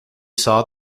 saw